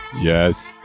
Yes